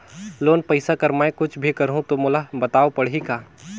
Loan पइसा कर मै कुछ भी करहु तो मोला बताव पड़ही का?